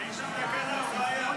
אין שם תקלה, הוא לא היה.